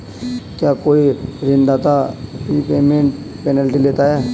क्या कोई ऋणदाता प्रीपेमेंट पेनल्टी लेता है?